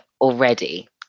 already